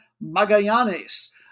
Magallanes